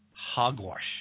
Hogwash